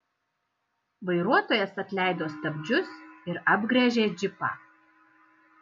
vairuotojas atleido stabdžius ir apgręžė džipą